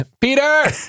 Peter